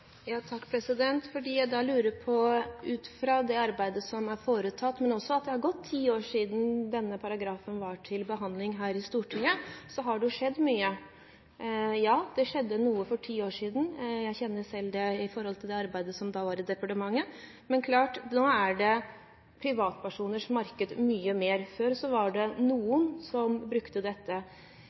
jeg da lurer på: Siden det arbeidet ble gjort – det er gått ti år siden denne paragrafen var til behandling her i Stortinget – har det skjedd mye. Ja, det skjedde noe for ti år siden – jeg kjenner selv til det arbeidet i departementet. Men nå er det privatpersoners marked mye mer. Før var det noen som